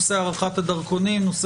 נושא הארכת הדרכונים.